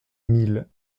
mille